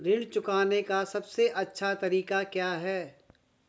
ऋण चुकाने का सबसे अच्छा तरीका क्या है?